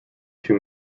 too